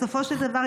בסופו של דבר,